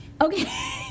Okay